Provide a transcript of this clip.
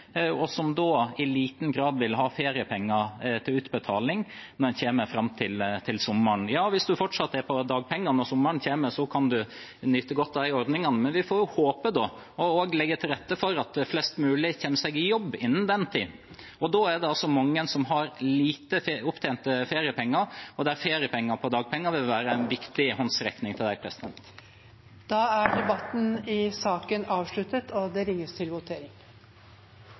og som da i liten grad vil ha feriepenger til utbetaling når man kommer til sommeren. Hvis man fortsatt er på dagpenger når sommeren kommer, kan man nyte godt av de ordningene, men vi får håpe, og også legge til rette for, at flest mulig kommer seg i jobb innen den tid. Da er det mange som har lite opptjente feriepenger, og feriepenger på dagpenger vil være en viktig håndsrekning til dem. Flere har ikke bedt om ordet i sak nr. 3. Det ringes til votering.